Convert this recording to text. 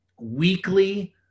weekly